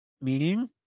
meaning